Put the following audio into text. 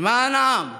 למען העם,